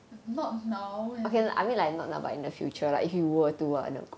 not now and